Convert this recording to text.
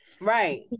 right